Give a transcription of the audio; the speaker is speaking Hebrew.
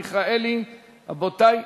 אם כן, רבותי,